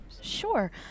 Sure